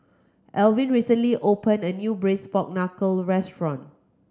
Alvin recently opened a new Braised Pork Knuckle restaurant